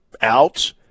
out